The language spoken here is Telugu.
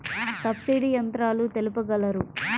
సబ్సిడీ యంత్రాలు తెలుపగలరు?